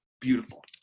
Beautiful